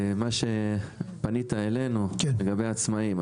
פנית אלינו לגבי עצמאים.